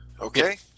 Okay